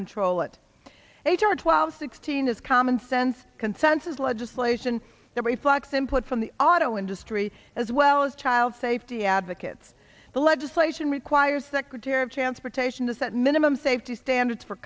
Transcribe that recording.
control it eight or twelve sixteen is common sense consensus legislation that reflects input from the auto industry as well as child safety advocates the legislation requires secretary of transportation to set minimum safety standards for